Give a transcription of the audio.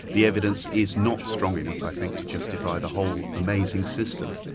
the evidence is not strong enough i think to justify the whole amazing system.